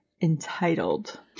entitled